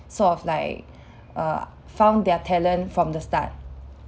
sort of like uh found their talent from the start